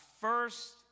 first